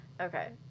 okay